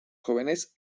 jóvenes